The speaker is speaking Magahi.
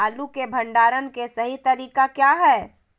आलू के भंडारण के सही तरीका क्या है?